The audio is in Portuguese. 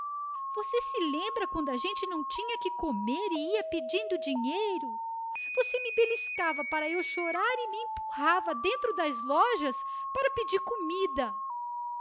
você se lembra quando a gente não tinha que comer e ia pedindo dinheiro você me beliscava para eu chorar e me empurrava dentro das lojas para pedir comida